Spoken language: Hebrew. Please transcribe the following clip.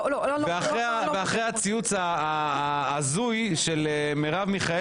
ואחרי הציוץ ההזוי של מרב מיכאלי,